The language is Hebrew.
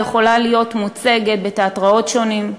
היא יכולה להיות מוצגת בתיאטראות שונים,